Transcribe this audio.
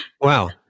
Wow